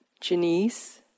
Janice